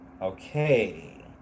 okay